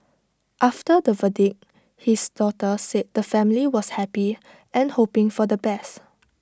after the verdict his daughter said the family was happy and hoping for the best